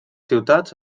ciutats